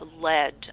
led